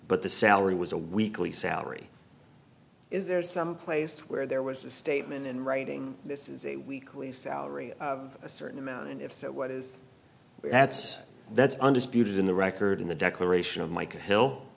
but the salary was a weekly salary is there some place where there was a statement in writing this is a weekly salary of a certain amount and if so what is that's that's undisputed in the record in the declaration of michael hill